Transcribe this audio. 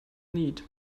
need